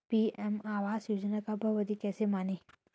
PM आवास योजना का लाभर्ती कैसे बनें?